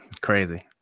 crazy